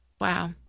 Wow